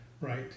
Right